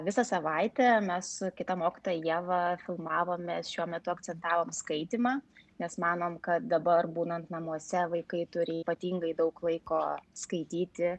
visą savaitę mes su kita mokytoja ieva filmavome šiuo metu akcentavom skaitymą nes manom kad dabar būnant namuose vaikai turi ypatingai daug laiko skaityti